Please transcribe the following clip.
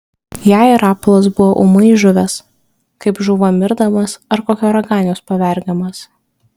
jai rapolas buvo ūmai žuvęs kaip žūva mirdamas ar kokio raganiaus pavergiamas